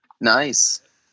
Nice